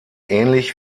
ähnlich